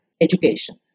education